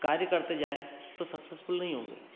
कार्य करते जाएँ तो सक्सेसफुल नहीं होंगे